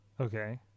Okay